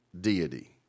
deity